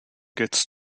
gets